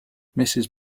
mrs